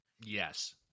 Yes